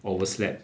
overslept